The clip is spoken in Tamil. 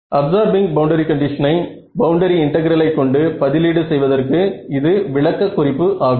அப்ஸார்பிங் பவுண்டரி கண்டிஷனை பவுண்டரி இன்டெகிரலை கொண்டு பதிலீடு செய்வதற்கு இது விளக்க குறிப்பு ஆகும்